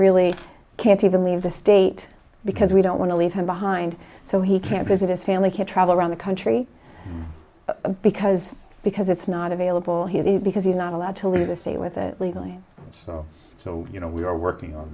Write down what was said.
really can't even leave the state because we don't want to leave him behind so he can't visit his family can't travel around the country because because it's not available here because he's not allowed to leave the state with it legally so so you know we're working on